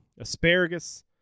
asparagus